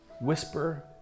whisper